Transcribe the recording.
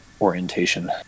orientation